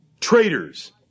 traitors